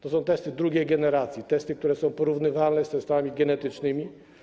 To są testy drugiej generacji, testy, które są porównywalne z testami genetycznymi.